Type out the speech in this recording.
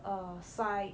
err site